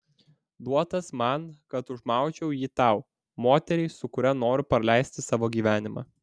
duotas man kad užmaučiau jį tau moteriai su kuria noriu praleisti savo gyvenimą